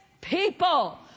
people